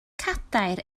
cadair